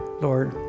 Lord